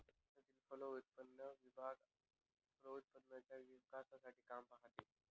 भारतातील फलोत्पादन विभाग फलोत्पादनाच्या विकासाचे काम पाहतो